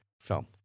film